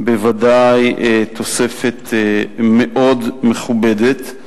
ודאי תוספת מאוד מכובדת.